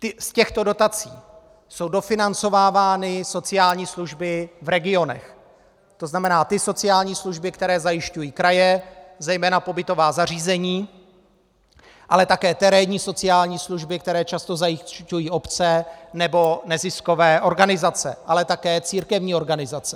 Z těchto dotací jsou dofinancovávány sociální služby v regionech, to znamená ty sociální služby, které zajišťují kraje, zejména pobytová zařízení, ale také terénní sociální služby, které často zajišťují obce nebo neziskové organizace, ale také církevní organizace.